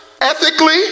ethically